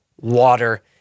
water